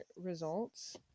results